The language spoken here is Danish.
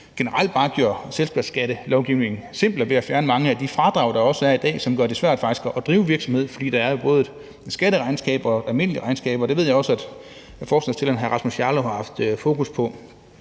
generelt bare gjorde selskabsskattelovgivningen simplere ved at fjerne mange af de fradrag, der også er i dag, og som faktisk gør det svært at drive virksomhed, fordi der både er et skatteregnskab og et almindeligt regnskab, og det ved jeg også at ordføreren for forslagsstillerne, hr. Rasmus Jarlov, har haft fokus på.